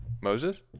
Moses